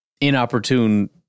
inopportune